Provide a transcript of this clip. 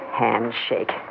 handshake